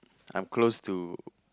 I'm close to